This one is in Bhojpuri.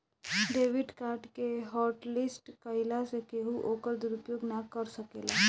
डेबिट कार्ड के हॉटलिस्ट कईला से केहू ओकर दुरूपयोग ना कर सकेला